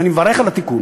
לכן, אני מברך על התיקון.